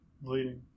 bleeding